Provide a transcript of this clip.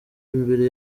imbere